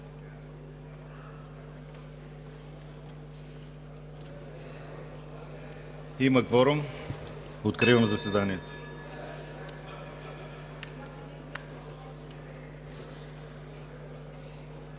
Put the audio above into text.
Има кворум, откривам заседанието.